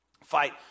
Fight